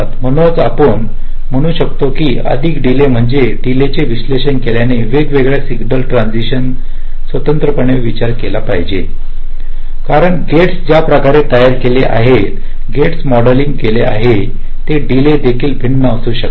म्हणूनच आपण म्हणू शकता की अधिक डीले म्हणजे डीले चे विश्लेषण केल्याने वेगवेगळ्या सिग्नल ट्रान्सिशन स स्वतंत्रपणे विचार केला पाहिजे कारण गेट्स ज्या प्रकारे तयार केले गेले आहेत गेट्सचे मॉडेलिंग केले आहे ते डीले देखील भिन्न असू शकतात